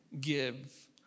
give